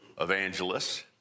evangelists